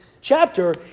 chapter